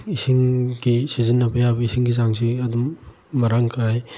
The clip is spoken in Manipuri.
ꯏꯁꯤꯡꯒꯤ ꯁꯤꯖꯤꯟꯅꯕ ꯌꯥꯕ ꯏꯁꯤꯡꯒꯤ ꯆꯥꯡꯁꯦ ꯑꯗꯨꯝ ꯃꯔꯥꯡ ꯀꯥꯏ